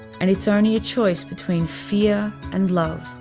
and it's only a choice between fear and love.